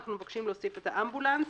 אנחנו מבקשים להוסיף את האמבולנס,